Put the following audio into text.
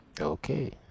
Okay